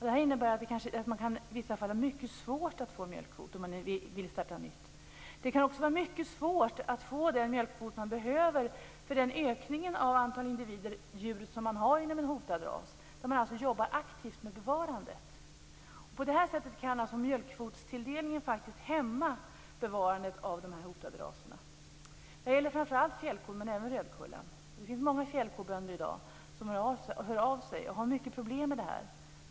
Detta innebär att man i vissa fall kan ha mycket svårt att få en mjölkkvot om man vill starta nytt. Det kan också vara mycket svårt att få den mjölkkvot man behöver för den ökning av det antal djur som man har inom en hotad ras och där man jobbar aktivt med bevarandet. På det här sättet kan mjölkkvotstilldelningen faktiskt hämma bevarandet av de hotade raserna. Det gäller framför allt fjällkor men även rödkulla. Det finns många fjällkobönder i dag som hör av sig, vilka har mycket problem med detta.